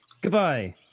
Goodbye